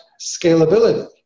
scalability